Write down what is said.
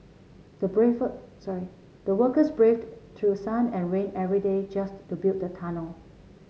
the braved sorry the workers braved through sun and rain every day just to build the tunnel